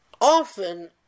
often